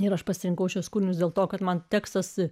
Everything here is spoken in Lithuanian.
ir aš pasirinkau šiuos kūrinius dėl to kad man tekstas